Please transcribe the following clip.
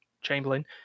Chamberlain